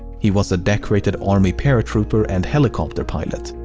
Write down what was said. he was a decorated army paratrooper and helicopter pilot.